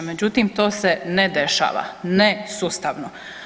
Međutim, to se ne dešava ne sustavno.